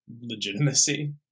legitimacy